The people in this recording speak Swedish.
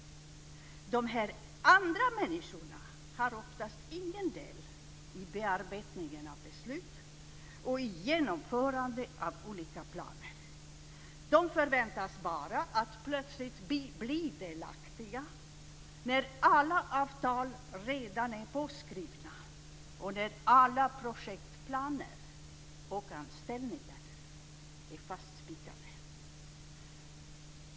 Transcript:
De här andra människorna har oftast ingen del i bearbetningen av beslut och i genomförandet av olika planer. De förväntas bara att plötsligt bli delaktiga när alla avtal redan är påskrivna, och när alla projektplaner och anställningar är fastspikade.